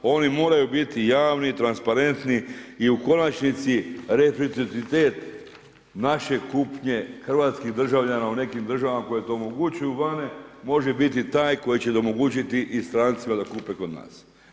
Oni moraju biti javni, transparentni i u konačnici reciprocitet naše kupnje hrvatskih državljana u nekim državama koje to omogućuju vani može biti taj koji će omogućiti i strancima da kupe kod nas.